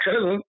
cousin